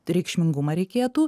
reikšmingumą reikėtų